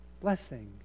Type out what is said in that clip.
blessing